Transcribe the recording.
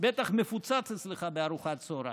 בטח מפוצץ אצלך בארוחת הצוהריים.